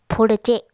पुढचे